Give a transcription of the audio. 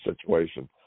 situation